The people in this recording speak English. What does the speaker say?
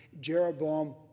Jeroboam